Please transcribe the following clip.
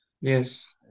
Yes